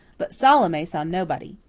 but salome saw nobody.